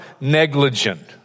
negligent